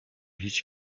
hiç